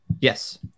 Yes